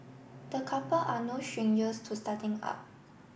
the couple are no strangers to starting up